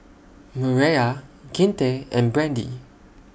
Mireya Kinte and Brandy